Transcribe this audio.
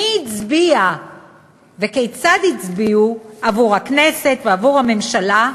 מי הצביע וכיצד הצביעו עבור הכנסת ועבור הממשלה,